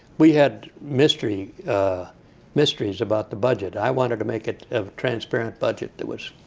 we had mysteries ah mysteries about the budget. i wanted to make it a transparent budget that was